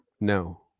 No